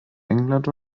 england